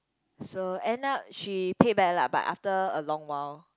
so end up she paid back lah but after a long while